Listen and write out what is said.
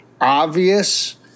obvious